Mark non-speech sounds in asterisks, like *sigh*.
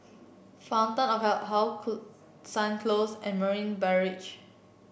*unintelligible* How *unintelligible* Sun Close and Marina Barrage